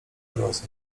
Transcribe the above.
grozy